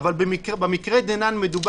אבל הוא לא בא לקרוא